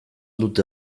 dute